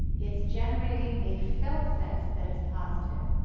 it's generating a felt sense that is positive,